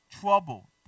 Trouble